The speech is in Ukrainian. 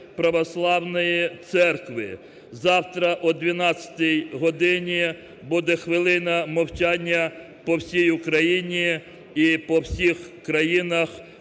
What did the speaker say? православної церкви. Завтра о 12 годині буде хвилина мовчання по всій Україні і по всіх країнах,